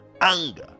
anger